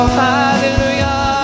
hallelujah